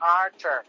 Archer